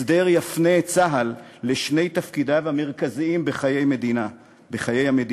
הסדר יפנה את צה"ל לשני תפקידיו המרכזיים בחיי המדינה שלנו: